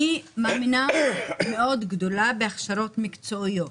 אני מאמינה מאוד גדולה בהכשרות מקצועיות,